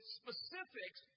specifics